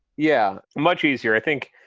yeah, much easier. i think.